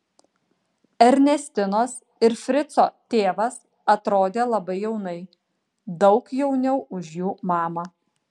ernestinos ir frico tėvas atrodė labai jaunai daug jauniau už jų mamą